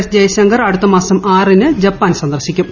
S Jaishankar അടുത്ത മാസം ആറിന് ജപ്പാൻ സന്ദർശിക്കും